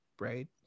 right